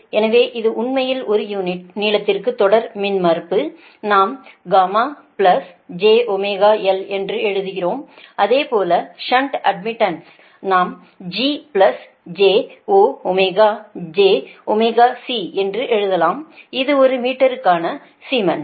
எனவே இது உண்மையில் ஒரு யூனிட் நீளத்திற்கு தொடர் மின்மறுப்பு நாம் γ jωL என்று எழுதுகிறோம் அதே போல ஷன்ட் அட்மிடன்ஸ் நாம் G plus j o jωC என்று எழுதலாம்இது ஒரு மீட்டருக்கான சீமென்ஸ்